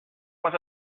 was